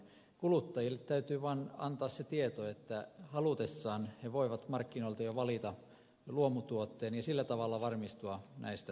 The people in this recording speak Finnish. kuluttajille täytyy vaan antaa se tieto että halutessaan he voivat markkinoilta jo valita luomu tuotteen ja sillä tavalla varmistua näistä tärkeistä asioista